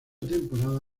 temporada